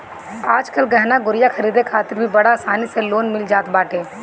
आजकल गहना गुरिया खरीदे खातिर भी बड़ा आसानी से लोन मिल जात बाटे